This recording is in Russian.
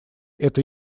это